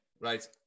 Right